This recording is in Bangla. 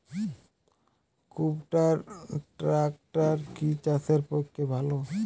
কুবটার ট্রাকটার কি চাষের পক্ষে ভালো?